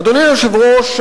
אדוני היושב-ראש,